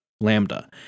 Lambda